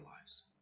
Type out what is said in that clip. lives